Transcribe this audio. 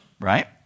right